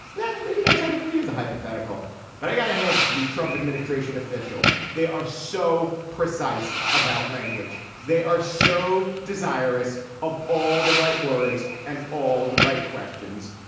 now maybe that technically is a hypothetical but i gotta hand it to these trump administration officials. they are so precise about language they are so desirous of all the right words and all the right questions.